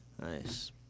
Nice